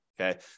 okay